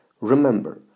Remember